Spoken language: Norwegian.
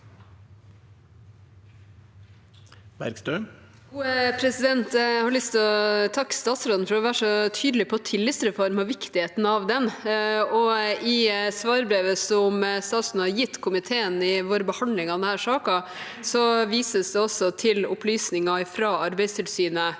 til å takke statsråden for å være så tydelig på tillitsreformen og viktigheten av den. I svarbrevet som statsråden har gitt komiteen i vår behandling av denne saken, vises det også til opplysninger fra Arbeidstilsynet